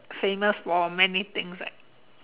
famous for many things right